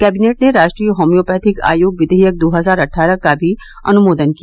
cabinet ने राष्ट्रीय homoeopathic आयोग विधेयक दो हजार अट्ठारह का भी अनुमोदन किया